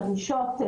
הדרישות,